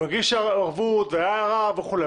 הוא הגיש ערבות והיה ערער וכולי',